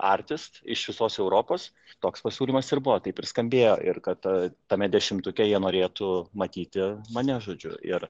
artists iš visos europos toks pasiūlymas ir buvo taip ir skambėjo ir kad tame dešimtuke jie norėtų matyti mane žodžiu ir